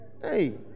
Hey